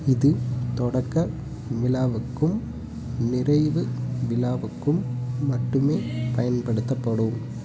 இது தொடக்க விழாவுக்கும் நிறைவு விழாவுக்கும் மட்டுமே பயன்படுத்தப்படும்